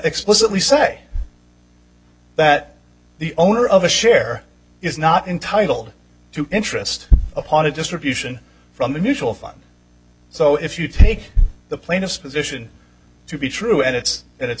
explicitly say that the owner of a share is not entitled to interest upon a distribution from unusual fund so if you take the plaintiff's position to be true and it's that it's